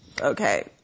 Okay